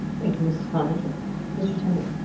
thank you mrs. connor mr. timmy.